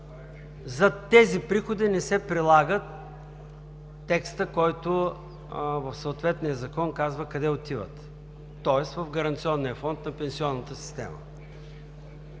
за тези приходи не се прилага текстът, който в съответния закон казва къде отиват, тоест в Гаранционния фонд на пенсионната система.